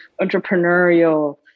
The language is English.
entrepreneurial